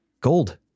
gold